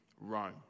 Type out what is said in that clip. Rome